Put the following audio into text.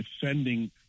defending